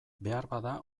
beharbada